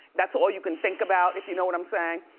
that's all you can think about, if you know what i'm saying.